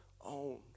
own